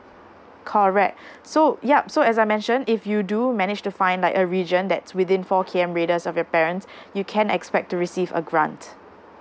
correct so yup so as I mentioned if you do manage to find like a region that's within four k m radius of your parents you can expect to receive a grant